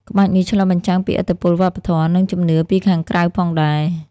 ក្បាច់នេះឆ្លុះបញ្ចាំងពីឥទ្ធិពលវប្បធម៌ និងជំនឿពីខាងក្រៅផងដែរ។